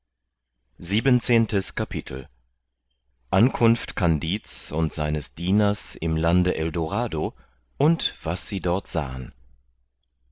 siebenzehntes kapitel ankunft kandid's und seines dieners im lande eldorado und was sie dort sahen